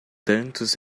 tantos